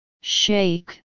shake